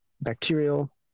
bacterial